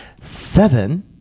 seven